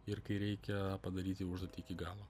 ir kai reikia padaryti užduotį iki galo